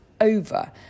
over